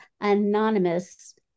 Anonymous